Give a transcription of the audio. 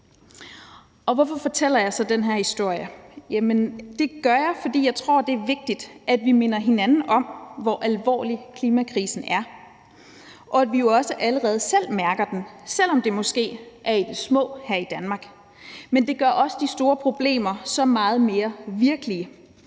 Hvorfor fortæller jeg så den her historie? Jamen det gør jeg, fordi jeg tror, det er vigtigt, at vi minder hinanden om, hvor alvorlig klimakrisen er, og at vi jo allerede selv mærker den, selv om det måske er i det små her i Danmark. Men det gør de store problemer så meget mere virkelige.